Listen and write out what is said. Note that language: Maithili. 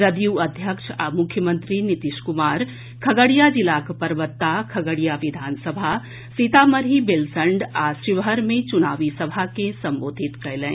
जदयू अध्यक्ष आ मुख्यमंत्री नीतीश कुमार खगड़िया जिलाक परबत्ता खगड़िया विधानसभा सीतामढ़ीक बेलसंड आ शिवहर मे चुनावी सभा के संबोधित कयलनि